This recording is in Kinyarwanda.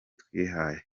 twihaye